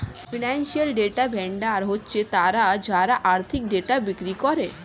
financial data vendor হচ্ছে তারা যারা আর্থিক ডেটা বিক্রি করে